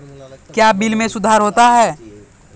क्या बिल मे सुधार होता हैं?